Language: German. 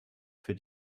für